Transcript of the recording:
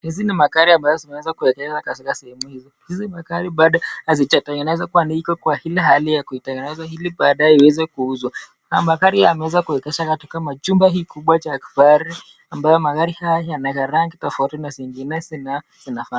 Hizi ni magari yameweza kunewa katika sehemu hii. Hizi magari bado hazijatengenezwa kwani iko kwa hali ya kuitengenezwa ili baadaye iweze kuuzwa. Magari haya yamewezwa kuegeshwa katika chumba hiki kubwa cha kifahari ambayo magari haya yana rangi tofauti na zingine zinafanana.